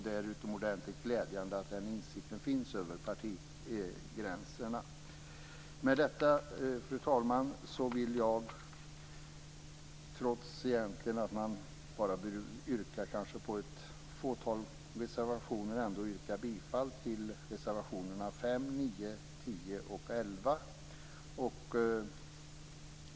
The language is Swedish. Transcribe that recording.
Det är utomordentligt glädjande att den insikten finns över partigränserna. Med detta, fru talman, vill jag, trots att man egentligen bara bör yrka på ett fåtal reservationer, ändå yrka bifall till reservationerna 5, 9, 10 och 11.